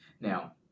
Now